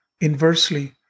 inversely